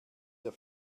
der